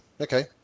Okay